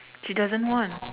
she doesn't want